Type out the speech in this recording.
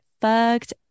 fucked